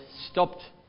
stopped